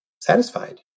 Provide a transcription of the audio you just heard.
satisfied